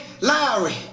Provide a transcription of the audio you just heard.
Lowry